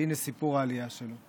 והינה סיפור העלייה שלו.